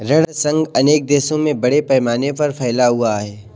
ऋण संघ अनेक देशों में बड़े पैमाने पर फैला हुआ है